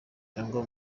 cyangwa